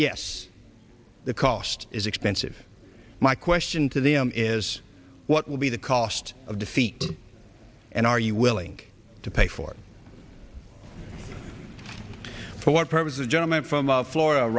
yes the cost is expensive my question to the m is what will be the cost of defeat and are you willing to pay for for what purpose a gentleman from florida